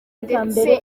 ndetse